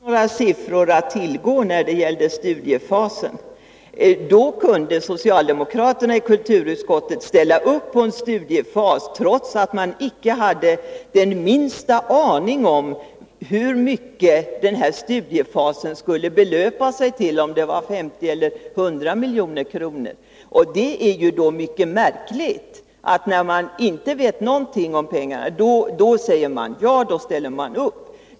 Fru talman! Jag vill bara erinra Sture Palm om att vi i Nordiska rådet inte alls hade några siffror att tillgå när det gällde studiefasen. Då kunde socialdemokraterna i kulturutskottet ställa upp på en studiefas, trots att man icke hade den minsta aning om hur mycket pengar denna studiefas skulle belöpa sig till, om det var 50 eller 100 miljoner kronor. Detta är ju mycket märkligt. När man inte vet någonting om kostnaderna säger man ja och ställer upp.